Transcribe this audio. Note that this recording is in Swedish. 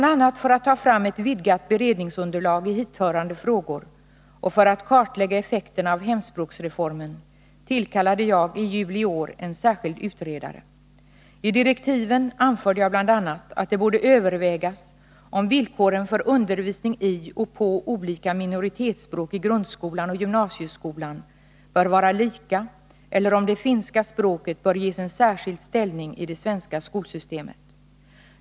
a. för att ta fram ett vidgat beredningsunderlag i hithörande frågor och för att kartlägga effekterna av hemspråksreformen tillkallade jag i juli i år en särskild utredare. I direktiven anförde jag bl.a. att det borde övervägas om villkoren för undervisning i och på olika minoritetsspråk i grundskolan och gymnasieskolan bör vara lika eller om det finska språket bör ges en särskild ställning i det svenska skolsystemet.